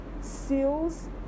seals